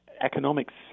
economics